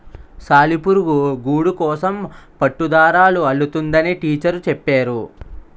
సాలిపురుగు గూడుకోసం పట్టుదారాలు అల్లుతుందని టీచరు చెప్పేరు